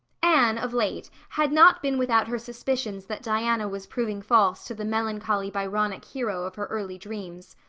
anne, of late, had not been without her suspicions that diana was proving false to the melancholy byronic hero of her early dreams.